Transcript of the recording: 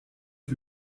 wir